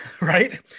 Right